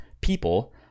people